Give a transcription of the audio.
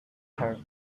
her